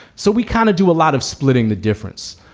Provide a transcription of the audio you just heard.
so we kind of do a lot of splitting the difference.